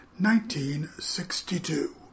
1962